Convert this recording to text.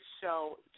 show